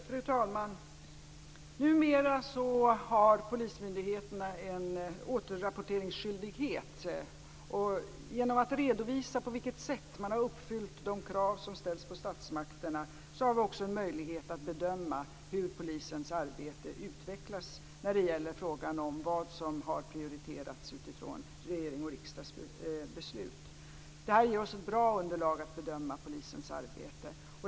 Fru talman! Numera har polismyndigheterna en återrapporteringsskyldighet. Genom att man redovisar på vilket sätt man har uppfyllt de krav som ställs på statsmakterna har vi också en möjlighet att bedöma hur polisens arbete utvecklas när det gäller frågan om vad som har prioriterats utifrån regeringens och riksdagens beslut. Detta ger oss ett bra underlag att bedöma polisens arbete.